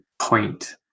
point